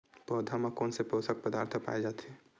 पौधा मा कोन से पोषक पदार्थ पाए जाथे?